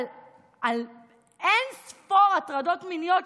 אבל על אין-ספור הטרדות מיניות,